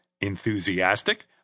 Enthusiastic